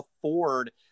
afford